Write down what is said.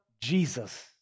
Jesus